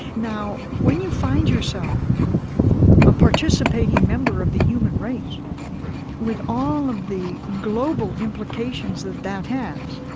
now, when you find yourself a participating member of the human race with all of the global implications that that has,